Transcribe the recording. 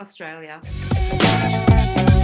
Australia